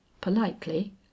politely